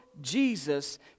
Jesus